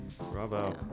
Bravo